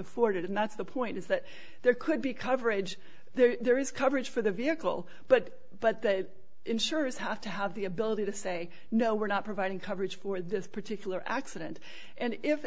afforded and that's the point is that there could be coverage there is coverage for the vehicle but but the insurers have to have the ability to say no we're not providing coverage for this particular accident and if